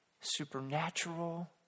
Supernatural